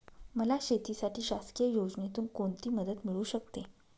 मला शेतीसाठी शासकीय योजनेतून कोणतीमदत मिळू शकते?